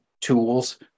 tools